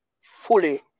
fully